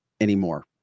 anymore